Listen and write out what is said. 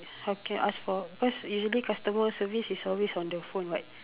how can I ask for cause usually customer service is always on the phone [what]